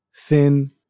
thin